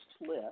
list